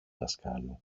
δασκάλου